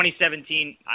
2017